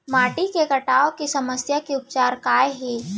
माटी के कटाव के समस्या के उपचार काय हे?